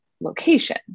location